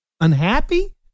Unhappy